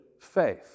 faith